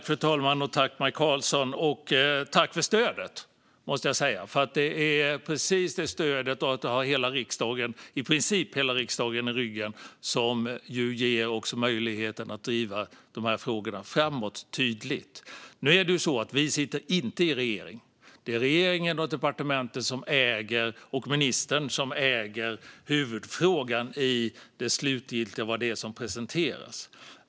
Fru talman! Tack för stödet, Maj Karlsson! Det är precis det stödet, att ha i princip hela riksdagen i ryggen, som ger oss möjlighet att tydligt driva de här frågorna framåt. Nu är det så att vi inte sitter i regeringen. Det är regeringen, departementet och ministern som äger huvudfrågan när det gäller det slutgiltiga, vad som presenteras.